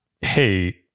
hey